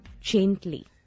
gently